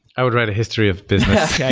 i would write a history of business.